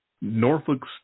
Norfolk